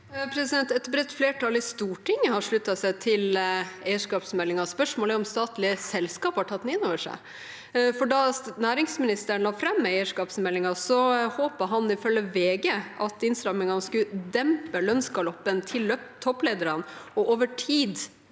Et bredt flertall i Stortinget har sluttet seg til eierskapsmeldingen. Spørsmålet er om statlige selskaper har tatt den inn over seg. Da næringsministeren la fram eierskapsmeldingen, håpet han ifølge VG at innstramningene skulle dempe lønnsgaloppen til topplederne og over tid